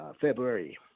February